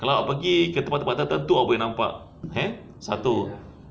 kalau awak pergi tempat-tempat tertentu awak boleh nampak eh satu